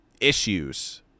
issues